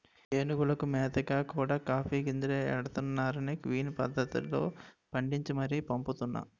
ఏనుగులకి మేతగా కూడా కాఫీ గింజలే ఎడతన్నారనీ క్విన్ పద్దతిలో పండించి మరీ పంపుతున్నా